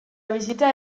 bizitza